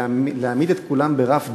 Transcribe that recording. להעמיד את כולם ברף דומה,